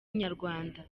inyarwanda